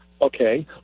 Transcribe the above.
Okay